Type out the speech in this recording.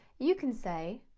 you can say,